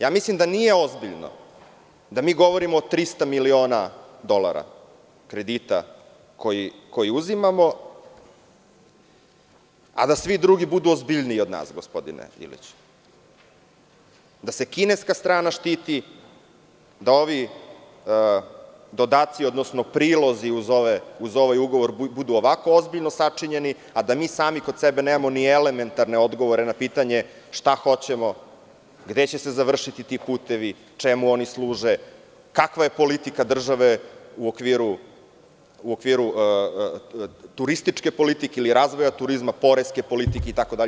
Ja mislim da nije ozbiljno da mi govorimo o 300 miliona dolara kredita koji uzimamo, a da svi drugi budu ozbiljniji od nas, gospodine Iliću, da se kineska strana štiti, da ovi dodaci odnosno prilozi uz ovaj ugovor budu ovako ozbiljno sačinjeni, a da mi sami kod sebe nemamo ni elementarne odgovore na pitanje šta hoćemo, gde će se završiti ti putevi, čemu oni služe, kakva je politika države u okviru turističke politike, ili razvoja turizma, poreske politike itd?